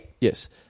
Yes